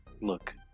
Look